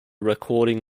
recording